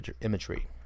imagery